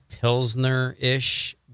pilsner-ish